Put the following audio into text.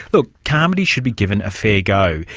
look, carmody should be given a fair go.